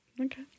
Okay